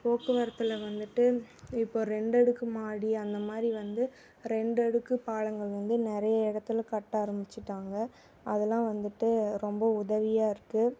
போக்குவரத்தில் வந்துட்டு இப்போ ரெண்டு அடுக்கு மாடி அந்த மாதிரி வந்து ரெண்டு அடுக்கு பாலங்கள் வந்து நிறைய இடத்துல கட்ட ஆரமிச்சுட்டாங்க அதலாம் வந்துட்டு ரொம்ப உதவியாக இருக்குது